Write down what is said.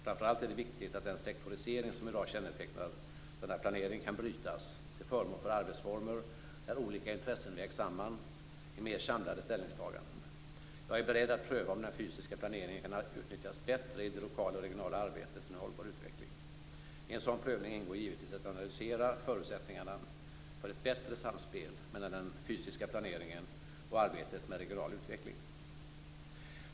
Framför allt är det viktigt att den sektorisering som i dag kännetecknar denna planering kan brytas till förmån för arbetsformer där olika intressen vägs samman i mer samlade ställningstaganden. Jag är beredd att pröva om den fysiska planeringen kan utnyttjas bättre i det lokala och regionala arbetet för en hållbar utveckling. I en sådan prövning ingår givetvis att analysera förutsättningarna för ett bättre samspel mellan den fysiska planeringen och arbetet med regional utveckling.